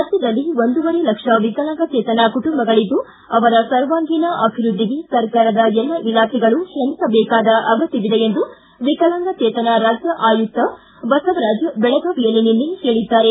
ರಾಜ್ಯದಲ್ಲಿ ಒಂದೂವರೆ ಲಕ್ಷ ವಿಕಲಾಂಗಚೇತನ ಕುಟುಂಬಗಳಿದ್ದು ಅವರ ಸರ್ವಾಂಗೀನ ಅಭಿವೃದ್ದಿಗೆ ಸರ್ಕಾರದ ಎಲ್ಲ ಇಲಾಖೆಗಳ ತ್ರಮಿಸಬೇಕಾದ ಅಗತ್ವವಿದೆ ಎಂದು ವಿಕಲಾಂಗಚೇತನ ರಾಜ್ಯ ಆಯುಕ್ತ ಬಸವರಾಜು ಬೆಳಗಾವಿಯಲ್ಲಿ ನಿನ್ನೆ ಹೇಳಿದ್ದಾರೆ